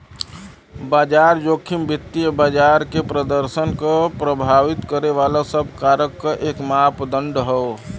बाजार जोखिम वित्तीय बाजार के प्रदर्शन क प्रभावित करे वाले सब कारक क एक मापदण्ड हौ